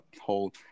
whole